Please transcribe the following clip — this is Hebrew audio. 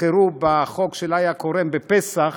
שתיזכרו בחוק של איה כורם בפסח